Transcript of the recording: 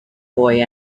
boy